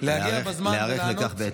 להיערך לכך בהתאם.